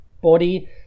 body